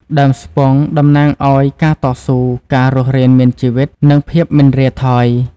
ដើមស្ពង់តំណាងឲ្យ ការតស៊ូ ការរស់រានមានជីវិត និងភាពមិនរាថយ។